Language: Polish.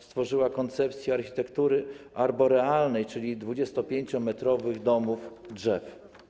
Stworzyła koncepcję architektury arborealnej, czyli 25-metrowych domów drzew.